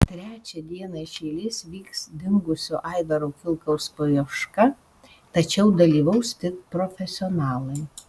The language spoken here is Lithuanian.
trečią dieną iš eilės vyks dingusio aivaro kilkaus paieška tačiau dalyvaus tik profesionalai